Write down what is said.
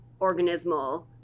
organismal